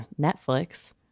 Netflix